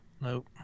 Nope